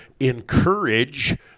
encourage